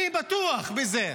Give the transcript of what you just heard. אני בטוח בזה.